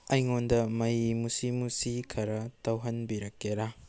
ꯑꯩꯉꯣꯟꯗ ꯃꯩ ꯃꯨꯁꯤ ꯃꯨꯁꯤ ꯈꯔ ꯇꯧꯍꯟꯕꯤꯔꯛꯀꯦꯔꯥ